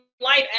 life